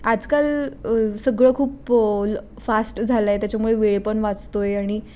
आजकाल सगळं खूप फास्ट झालं आहे त्याच्यामुळे वेळ पण वाचतो आहे आणि